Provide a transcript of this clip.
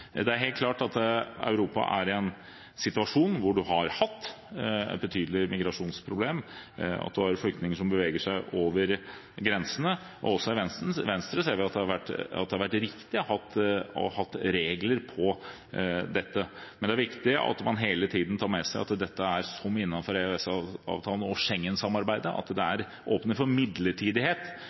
Det er helt klart at Europa er i en situasjon hvor en har hatt et betydelig migrasjonsproblem, at en har flyktninger som beveger seg over grensene, og også i Venstre ser vi at det har vært riktig å ha regler på dette. Men det er viktig at man hele tiden tar med seg at dette, som innenfor EØS-avtalen og Schengen-samarbeidet, åpner for midlertidighet omkring disse reglene, og at målet må være at